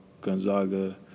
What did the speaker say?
Gonzaga